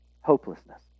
Hopelessness